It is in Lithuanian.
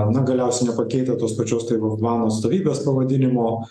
na galiausiai nepakeitę tos pačios taivano atstovybės pavadinimo